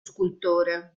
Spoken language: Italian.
scultore